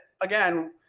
again